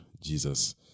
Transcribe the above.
jesus